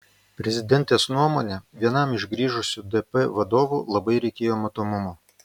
prezidentės nuomone vienam iš grįžusių dp vadovų labai reikėjo matomumo